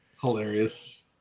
Hilarious